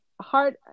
hard